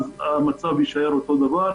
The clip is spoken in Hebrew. המצב יישאר אותו דבר.